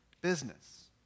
business